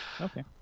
Okay